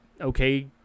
okay